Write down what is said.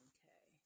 Okay